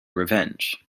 revenge